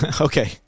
okay